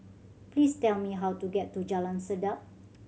please tell me how to get to Jalan Sedap